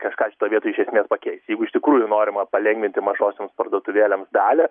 kažką šitoj vietoj iš esmės pakeis jeigu iš tikrųjų norima palengvinti mažosioms parduotuvėlės dalią